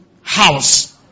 house